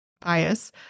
bias